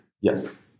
Yes